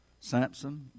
Samson